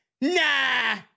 nah